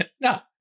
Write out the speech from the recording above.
No